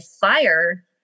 fire